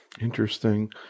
Interesting